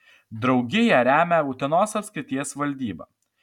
draugiją remia utenos apskrities valdyba